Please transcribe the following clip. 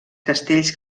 castells